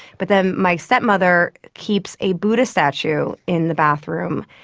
but then my stepmother keeps a buddha statue in the bathroom,